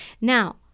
Now